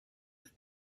with